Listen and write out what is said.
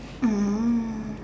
mm